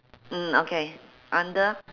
mm okay under